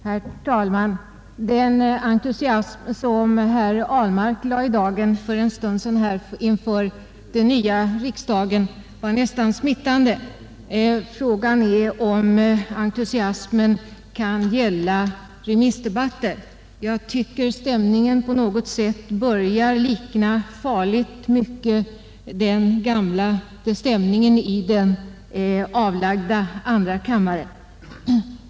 Herr talman! Den entusiasm som herr Ahlmark lade i dagen här för en stund sedan inför den nya riksdagen var nästan smittande. Fråga är om entusiasmen kan gälla remissdebatten. Jag tycker att stämningen på något sätt farligt mycket börjar likna stämningen i den avlagda andra kammaren.